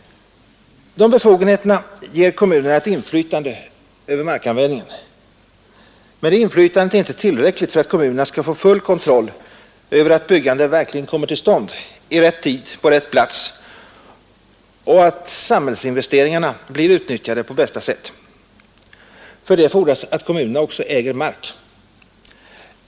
De befogenheterna ger kommunerna ett inflytande över markanvändningen. Men detta inflytande är inte tillräckligt för att kommunerna skall få full kontroll över att byggande verkligen kommer till stånd i rätt tid och på rätt plats och att samhällsinvesteringarna blir utnyttjade på bästa sätt. För det fordras att kommunerna också äger mark.